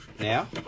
Now